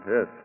Yes